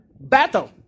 battle